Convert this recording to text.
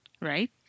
right